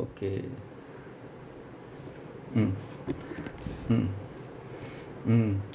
okay mm mm mm